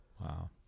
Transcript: Wow